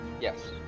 Yes